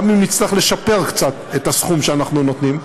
גם אם נצטרך לשפר קצת את הסכום שאנחנו נותנים,